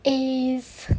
is